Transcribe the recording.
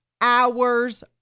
hours